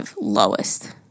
lowest